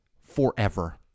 forever